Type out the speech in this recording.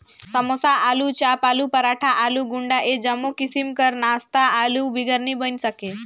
समोसा, आलूचाप, आलू पराठा, आलू गुंडा ए जम्मो किसिम कर नास्ता आलू बिगर नी बइन सके